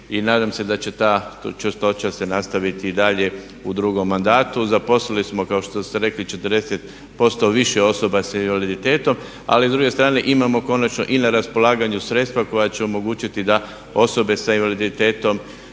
nadam se da će ta čvrstoća se nastaviti i dalje u drugom mandatu. Zaposlili smo kao što ste rekli 40% više osoba sa invaliditetom ali s druge strane imamo konačno i na raspolaganju sredstva koja će omogućiti da osobe sa invaliditetom